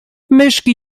myszki